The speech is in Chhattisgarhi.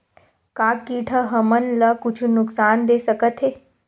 का कीट ह हमन ला कुछु नुकसान दे सकत हे?